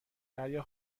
دریا